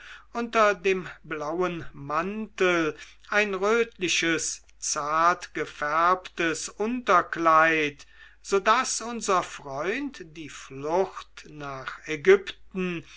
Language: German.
unter dem blauen mantel ein rötliches zart gefärbtes unterkleid so daß unser freund die flucht nach ägypten